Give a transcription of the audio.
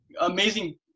amazing